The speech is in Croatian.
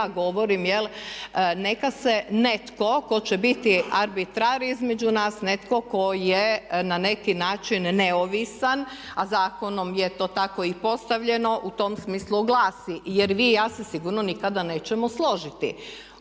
ja govorim, neka se netko tko će biti arbitrar između nas, netko to je na neki način neovisan a zakonom je to tako i postavljeno u tom smislu glasi. Jer vi i ja se sigurno nikada nećemo složiti